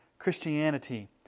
Christianity